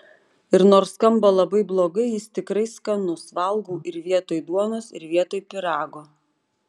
ir nors skamba labai blogai jis tikrai skanus valgau ir vietoj duonos ir vietoj pyrago